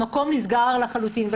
המקום נסגר לחלוטין.